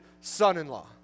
son-in-law